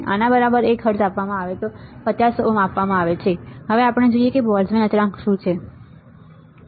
આને બરાબર 1 હર્ટ્ઝ આપવામાં આવે છે 50 ઓહ્મ આપવામાં આવે છે આપણે જાણવું જોઈએ કે બોલ્ટ્ઝમેન અચળાંક બરાબર શું છે